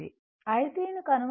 i3 ను కనుగొనవలసి ఉంది